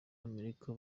amerika